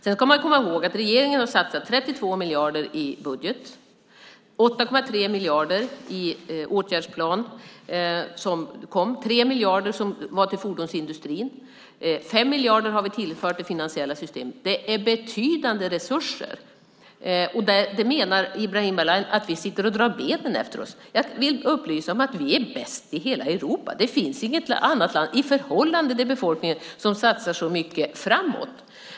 Sedan ska man komma ihåg att regeringen har satsat 32 miljarder i budgeten, 8,3 miljarder i åtgärdsplan, 3 miljarder till fordonsindustrin, 5 miljarder som vi tillfört det finansiella systemet. Det är betydande resurser, men Ibrahim Baylan menar att vi drar benen efter oss. Jag vill upplysa om att vi är bäst i hela Europa. Det finns inget annat land som i förhållande till befolkningsmängden satsar så mycket framåt.